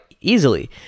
easily